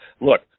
Look